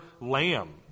lamb